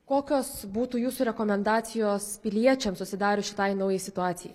kokios būtų jūsų rekomendacijos piliečiams susidarius šitai naujai situacijai